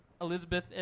Elizabeth